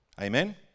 amen